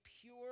pure